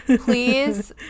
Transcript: please